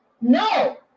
No